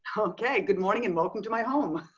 okay. good morning, and welcome to my home.